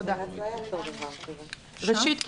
ראשית,